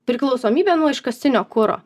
priklausomybę nuo iškastinio kuro